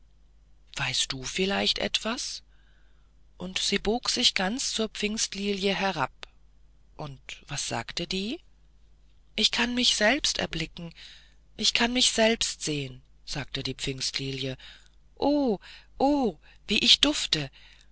weißt du vielleicht etwas und sie bog sich ganz zur pfingstlilie herab und was sagte die ich kann mich selbst erblicken ich kann mich selbst sehen sagte die pfingstlilie o o wie ich dufte